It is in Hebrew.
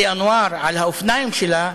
כי אנואר על האופניים שלה,